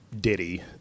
Diddy